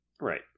Right